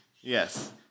Yes